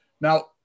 Now